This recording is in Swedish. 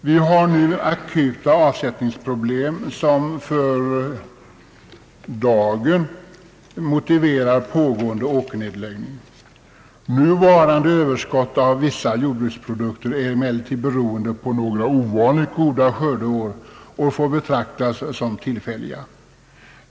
Vi har nu akuta avsättningsproblem, som för dagen motiverar pågående åkernedläggning. Nuvarande överskott av vissa jordbruksprodukter är emellertid beroende på några ovanligt goda skördeår och får betraktas som tillfälliga.